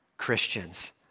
Christians